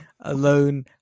alone